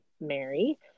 Mary